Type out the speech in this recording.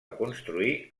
construir